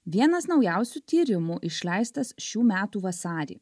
vienas naujausių tyrimų išleistas šių metų vasarį